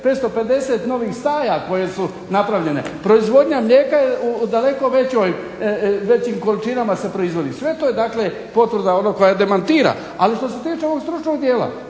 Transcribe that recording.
550 novih staja koje su napravljene. Proizvodnja mlijeka je u daleko većim količinama se proizvodi. Sve to je, dakle potvrda onog koja demantira. Ali što se tiče ovog stručnog dijela,